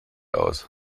aus